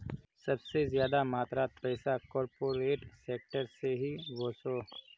सबसे ज्यादा मात्रात पैसा कॉर्पोरेट सेक्टर से ही वोसोह